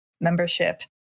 membership